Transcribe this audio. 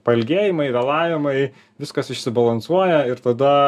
pailgėjimai vėlavimai viskas išsibalansuoja ir tada